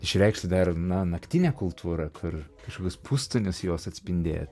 išreikšti dar na naktinę kultūrą kur kažkokius pustonius jos atspindėt